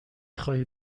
خواهی